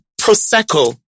Prosecco